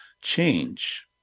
Change